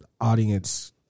audience